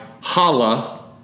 Hala